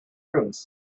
rooms